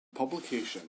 publication